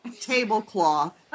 tablecloth